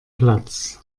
platz